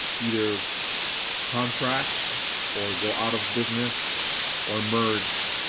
either contract or go out of business or merge.